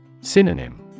Synonym